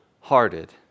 hearted